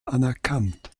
anerkannt